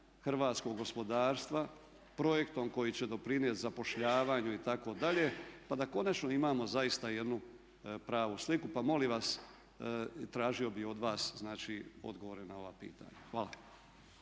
hrvatskog gospodarstva, projektom koji će doprinijeti zapošljavanju itd., pa da konačno imamo zaista jednu pravu sliku. Pa molim vas, tražio bih od vas znači odgovore na ova pitanja. Hvala.